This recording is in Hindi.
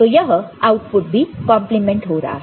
तो यह आउटपुट भी कॉन्प्लीमेंट हो रहा है